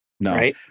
No